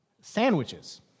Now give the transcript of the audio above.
Sandwiches